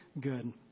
good